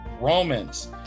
Romans